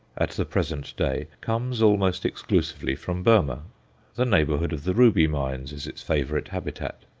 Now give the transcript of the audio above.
at the present day, comes almost exclusively from burmah the neighbourhood of the ruby mines is its favourite habitat.